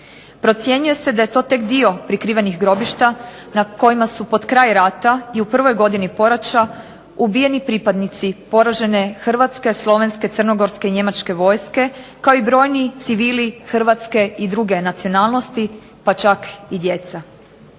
Procjenjuje se da je to tek dio prikrivenih grobišta, na kojima su potkraj rata i u prvoj godini poraća ubijeni pripadnici poražene hrvatske, slovenske, crnogorske i njemačke vojske, kao i brojni civili hrvatske i druge nacionalnosti, pa čak i djeca.